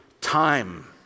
time